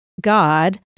God